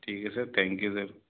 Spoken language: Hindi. ठीक है सर थैंक यू सर